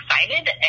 excited